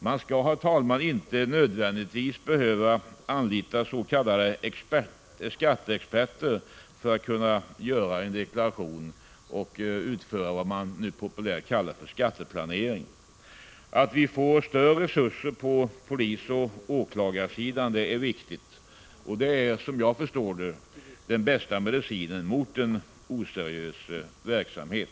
Man skall inte nödvändigtvis behöva anlita s.k. skatteexperter för att kunna göra en deklaration och utföra vad som populärt kallas för skatteplanering. Att polisoch åklagarväsendet får större resurser är viktigt. Det är, som jag förstår det, den bästa medicinen mot oseriös verksamhet.